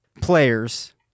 players